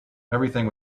everything